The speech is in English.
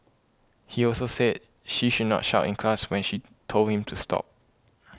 he also said she should not shout in class when she told him to stop